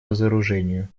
разоружению